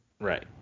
right